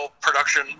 production